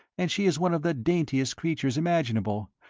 and she is one of the daintiest creatures imaginable,